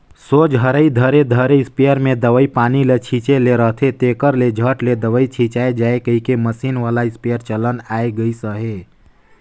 सोझ हरई धरे धरे इस्पेयर मे दवई पानी ल छीचे ले रहथे, तेकर ले झट ले दवई छिचाए जाए कहिके मसीन वाला इस्पेयर चलन आए गइस अहे